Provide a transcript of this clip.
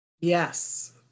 Yes